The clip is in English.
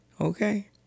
Okay